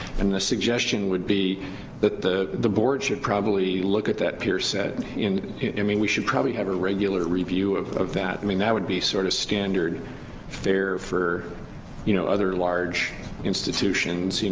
and the suggestion would be that the the board should probably look at that peer set and i mean we should probably have a regular review of of that, i mean that would be sort of standard there for you know other large institutions, you know